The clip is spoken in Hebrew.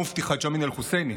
המופתי חאג' אמין אל-חוסייני.